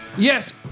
Yes